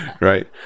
right